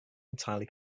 entirely